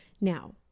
Now